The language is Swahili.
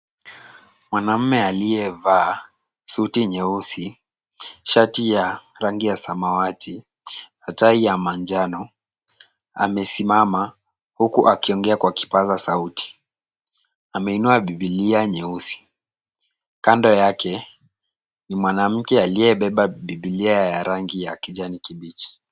Mwaname, aliyevaa suti nyeusi, shati ya rangi ya samawati, tai ya manjano, amesimama huku akiongea kwa kipaza sauti. Ameinua bibilia nyeusi. Kando yake, ni mwanamke aliyebeba bibilia ya rangi ya kijani kibichi.